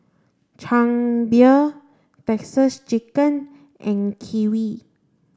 Chang Beer Texas Chicken and Kiwi